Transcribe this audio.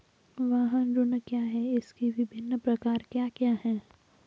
वाहन ऋण क्या है इसके विभिन्न प्रकार क्या क्या हैं?